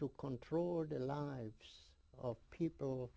to control or the lives of people